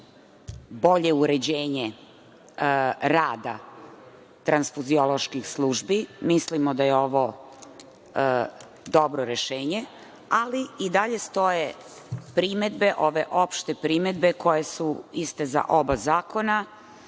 bolje uređenje rada transfuzioloških službi. Mislimo da je ovo dobro rešenje, ali i dalje stoje primedbe, ove opšte primedbe koje su iste za oba zakona,